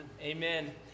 Amen